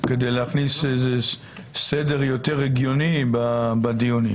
כדי להכניס איזה סדר יותר הגיוני בדיונים.